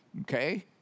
Okay